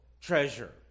treasure